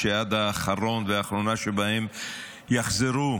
שעד האחרון והאחרונה שבהם יחזרו.